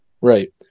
right